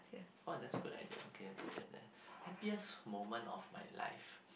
oh that's a good idea okay I'll put that there happiest moment of my life